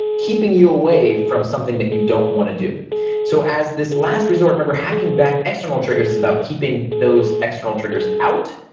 keeping you away from something that you don't want to do so as this last resort, remember hacking back external triggers is about keeping those external triggers out